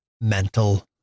mental